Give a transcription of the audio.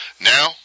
Now